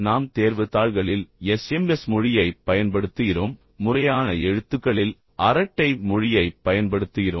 நாம் தேர்வு தாள்களில் எஸ்எம்எஸ் மொழியைப் பயன்படுத்துகிறோம் முறையான எழுத்துக்களில் அரட்டை மொழியைப் பயன்படுத்துகிறோம்